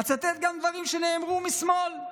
אצטט גם דברים שנאמרו משמאל,